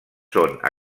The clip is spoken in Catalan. són